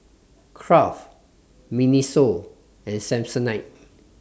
Kraft Miniso and Samsonite